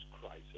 crisis